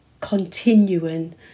continuing